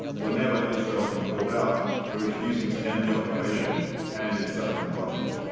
whenever israel's been called out for refusing to end the occupation and its settlement project.